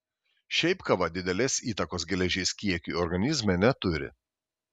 šiaip kava didelės įtakos geležies kiekiui organizme neturi